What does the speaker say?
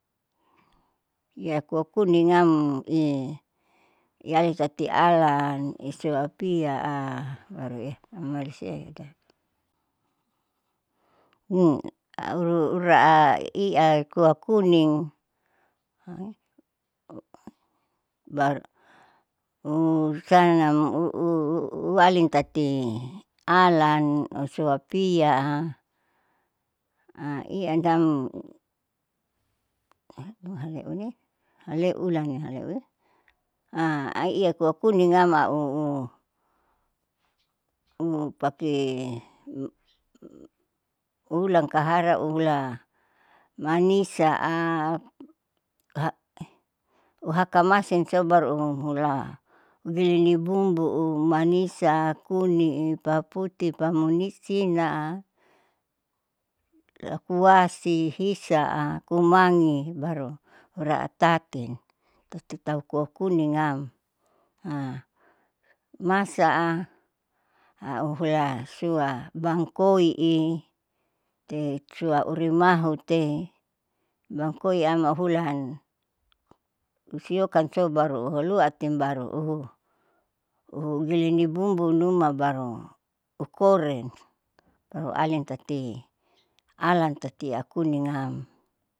Ya kua kuning am i yali tati alan isua pia abaru i amoi, auru ura a ian kuah kuning urusan nam uali tati alan osua pia a ian siam ohale uni hale ulang hale ai iya kuah kuning am au pake hulan kahara ula manisa ah uhaka masin sou baru amhula balini bumbu u manisa, kuning, paputi, pamusina, lakuasi, hisaa, kumangi baru uraatatin tututau kuah kuning am. masa a auhula sua bangkoi i te sua urimahu te bangkoiam ahulan usiokan sou baru aluatin baru u uhh ini giling nibumbu numa baru okeren tahu alin tati alan tati akuning am.